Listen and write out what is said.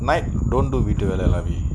night don't do it together lah B